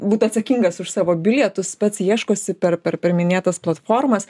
būt atsakingas už savo bilietus pats ieškosi per per minėtas platformas